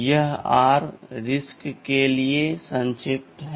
यह R RISC के लिए संक्षिप्त है